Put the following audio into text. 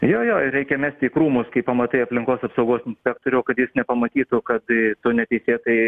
jo jo reikia mesti į krūmus kai pamatai aplinkos apsaugos inspektorių kad jis nepamatytų kad tu neteisėtai